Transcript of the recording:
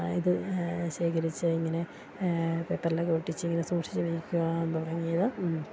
ഇത് ശേഖരിച്ച് ഇങ്ങനെ പേപ്പറിലൊക്കെ ഒട്ടിച്ച് ഇങ്ങനെ സൂക്ഷിച്ചുവയ്ക്കുവാൻ തുടങ്ങിയത്